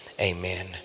Amen